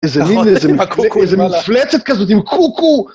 איזה לילה, איזה מפלצת כזאת, עם קוקו!